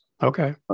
Okay